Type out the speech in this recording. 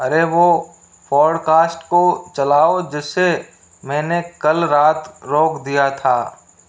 अरे वह पॉड़कास्ट को चलाओ जिसे मैंने कल रात रोक दिया था